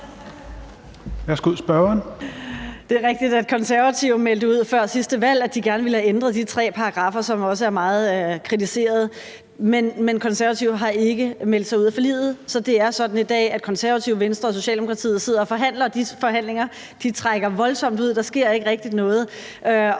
Konservative meldte ud før sidste valg, at de gerne ville have ændret de tre paragraffer, som også er meget kritiserede, men Konservative har ikke meldt sig ud af forliget, så det er sådan i dag, at Konservative, Venstre og Socialdemokratiet sidder og forhandler, og disse forhandlinger trækker voldsomt ud. Der sker ikke rigtig noget.